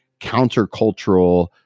countercultural